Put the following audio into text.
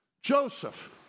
Joseph